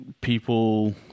people